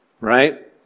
Right